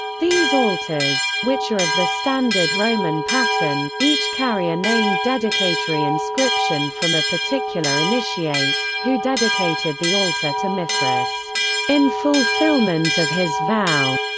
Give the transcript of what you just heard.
these altars, which are of the standard roman pattern, each carry a named dedicatory inscription from a particular initiate, who dedicated the altar to mithras in fulfillment of his vow,